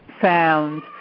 found